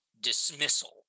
dismissal